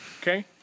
Okay